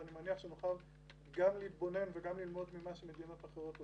ואני מניח שנוכל גם להתבונן וגם ללמוד ממה שמדינות אחרות עושות.